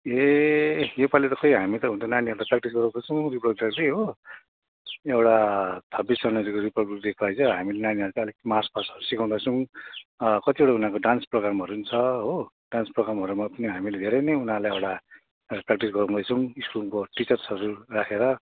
ए योपालि त खोइ हामी त हुनु त नानीहरूलाई प्रयाक्टिस गराउँदैछौँ लागि हो एउटा छब्बिस जनवरीको रिपब्लिक डेको लागि हौ हामी नानीहरूलाई चाहिँ अलिक मार्च पासहरू सिकाउँदैछौँ कतिवटा उनीहरूको डान्स प्रोगामहरू पनि छ हो डान्स प्रोगामहरूमा पनि हामीले धेरै नै उनीहरूलाई एउटा प्रयाक्टिस गराउँदैछौँ स्कुलको टिचर्सहरू राखेर